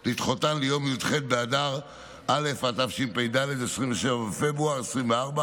לדחותן ליום י"ח באדר א' התשפ"ד, 27 בפברואר 2024,